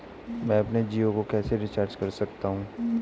मैं अपने जियो को कैसे रिचार्ज कर सकता हूँ?